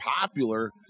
popular